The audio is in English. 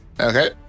Okay